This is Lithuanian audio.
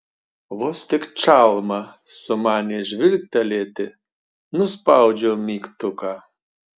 vos tik čalma sumanė žvilgtelėti nuspaudžiau mygtuką